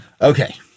Okay